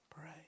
pray